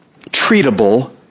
treatable